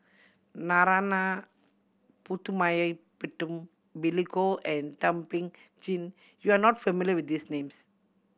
Narana Putumaippittan Billy Koh and Thum Ping Tjin you are not familiar with these names